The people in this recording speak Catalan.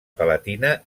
palatina